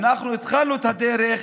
אנחנו התחלנו את הדרך.